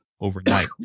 overnight